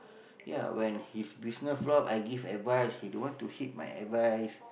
ya when his business flop I give advice he don't want to heed my advice